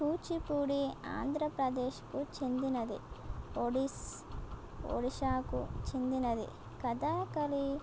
కూచిపూడి ఆంధ్రప్రదేశ్కు చెందినది ఒడిశీ ఒడిశాకు చెందినది కథాకళి